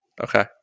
Okay